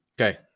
Okay